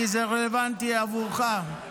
כי זה רלוונטי עבורך,